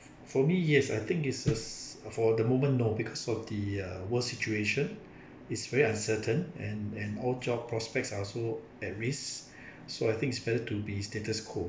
for me yes I think it's a for the moment no because of the uh world situation is very uncertain and and all job prospects are also at risk so I think it's better to be status quo